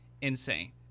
insane